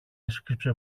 έσκυψε